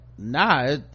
nah